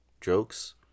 jokes